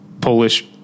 Polish